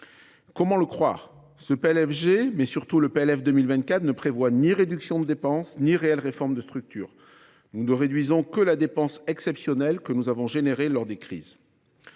Comment le croire, quand ce PLFG et surtout le PLF 2024 ne prévoient ni réduction de la dépense ni réelle réforme de structure ? Nous ne réduisons que la dépense exceptionnelle que nous avons connue à l’occasion des crises.